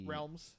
Realms